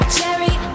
Cherry